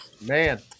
man